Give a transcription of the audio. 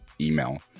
email